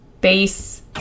base